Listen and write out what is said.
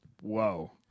Whoa